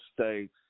states